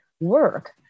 work